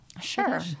sure